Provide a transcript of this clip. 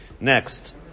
Next